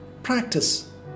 Practice